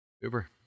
Uber